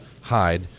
hide